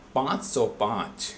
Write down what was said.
پانچ سو پانچ